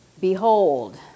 Behold